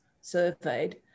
surveyed